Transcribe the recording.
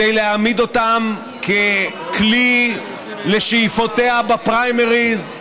כדי להעמיד אותם ככלי לשאיפותיה בפריימריז,